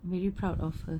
very proud of her